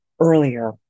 earlier